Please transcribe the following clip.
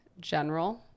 General